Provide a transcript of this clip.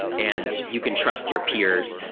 and you can trust your peers.